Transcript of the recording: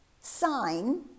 sign